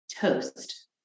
toast